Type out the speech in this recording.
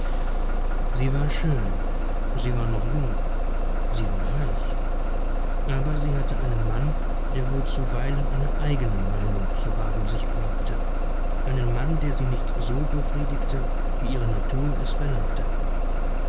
sie war schön sie war noch jung sie war reich aber sie hatte einen mann der wohl zuweilen eine eigene meinung zu haben sich erlaubte einen mann der sie nicht so befriedigte wie ihre natur es verlangte